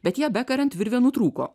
bet ją bekariant virvė nutrūko